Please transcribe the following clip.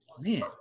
man